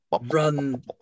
Run